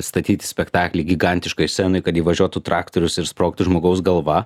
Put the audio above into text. statyt spektaklį gigantiškoj scenoj kad įvažiuotų traktorius ir sprogtų žmogaus galva